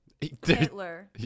Hitler